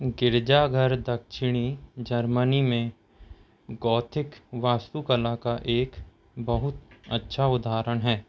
गिरजाघर दक्षिणी जर्मनी में गॉथिक वास्तुकला का एक बहुत अच्छा उदाहरण है